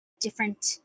different